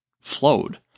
flowed